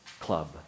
club